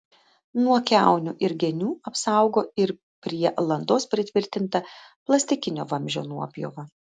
nuo kiaunių ir genių apsaugo ir prie landos pritvirtinta plastikinio vamzdžio nuopjova